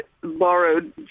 borrowed